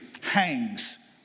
hangs